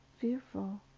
fearful